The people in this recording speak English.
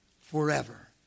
forever